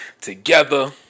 together